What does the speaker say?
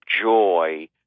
joy